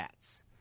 stats